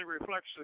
reflects